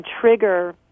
trigger